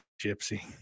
gypsy